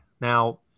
Now